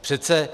Přece